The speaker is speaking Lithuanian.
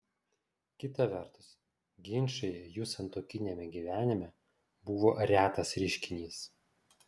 kita vertus ginčai jų santuokiniame gyvenime buvo retas reiškinys